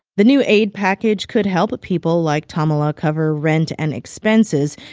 the new aid package could help people like tummala cover rent and expenses.